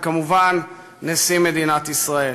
וכמובן נשיא מדינת ישראל.